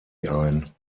ein